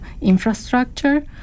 infrastructure